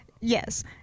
Yes